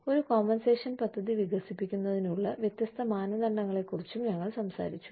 ഒരു കോമ്പൻസേഷൻ പദ്ധതി വികസിപ്പിക്കുന്നതിനുള്ള വ്യത്യസ്ത മാനദണ്ഡങ്ങളെക്കുറിച്ചും ഞങ്ങൾ സംസാരിച്ചു